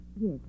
Yes